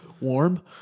Warm